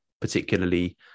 particularly